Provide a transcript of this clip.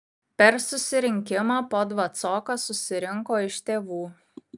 per susirinkimą po dvacoką susirinko iš tėvų